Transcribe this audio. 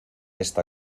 esta